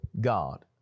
God